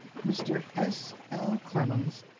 mr. s. l. clemens,